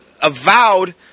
avowed